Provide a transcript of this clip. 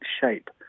shape